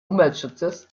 umweltschutzes